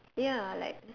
ya like